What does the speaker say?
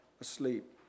asleep